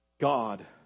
god